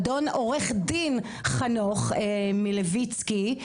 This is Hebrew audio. אדון עו"ד חנוך מילביצקי,